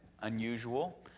unusual